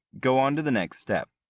go on to the next step.